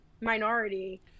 minority